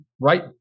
right